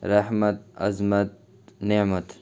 رحمت عظمت نعمت